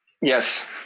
Yes